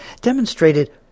demonstrated